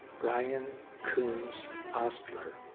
brian coombs ostler.